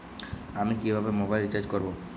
আমি কিভাবে mobile recharge করব?